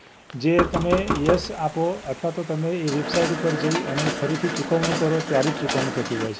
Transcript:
જે તમે યસ આપો અથવા તો તમે એ વેબસાઈટ ઉપર જઈ અને ફરીથી ચુકવણું કરો ત્યારે જ ચુકવણું થતું હોય છે